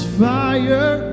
fire